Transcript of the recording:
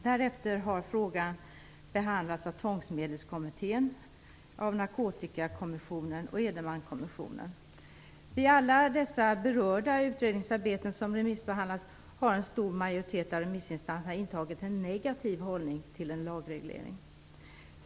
Därefter har frågan behandlats av Tvångsmedelskommittén, av Narkotikakommissionen och av Edenmankommissionen. Vid alla dessa berörda utredningsarbeten, som remissbehandlats, har en stor majoritet av remissinstanserna intagit en negativ hållning till en lagreglering.